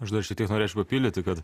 aš dar šitiek norėčiau papildyti kad